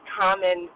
common